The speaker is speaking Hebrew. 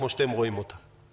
כמו שאתם רואים אותה.